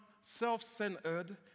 self-centered